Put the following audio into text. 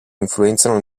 influenzano